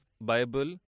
Bible